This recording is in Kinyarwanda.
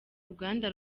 ruganda